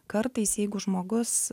kartais jeigu žmogus